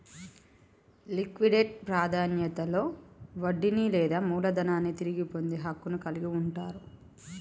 liquidate ప్రాధాన్యతలో వడ్డీని లేదా మూలధనాన్ని తిరిగి పొందే హక్కును కలిగి ఉంటరు